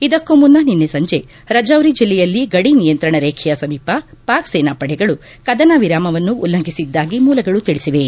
ಇದಕ್ಕೂ ಮುನ್ನ ನಿನ್ನೆ ಸಂಜೆ ರಚೌರಿ ಜಿಲ್ಲೆಯಲ್ಲಿ ಗಡಿ ನಿಯಂತ್ರಣ ರೇಖೆಯ ಸಮೀಪ ಪಾಕ್ ಸೇನಾಪಡೆಗಳು ಕದನ ವಿರಾಮವನ್ನು ಉಲ್ಲಂಘಿಸಿದ್ದಾಗಿ ಮೂಲಗಳು ತಿಳಿಸಿವೆ